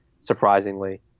surprisingly